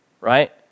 right